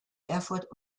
erfurt